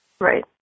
Right